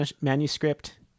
manuscript